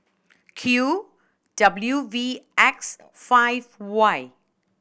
Q W V X five Y